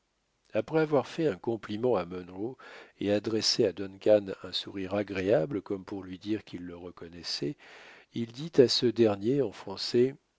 après avoir fait un compliment à munro et adressé à duncan un sourire agréable comme pour lui dire qu'il le reconnaissait il dit à ce dernier en français